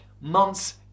months